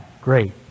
great